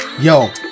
yo